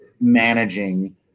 Managing